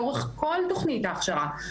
לאורך כל תכנית ההכשרה,